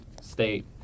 state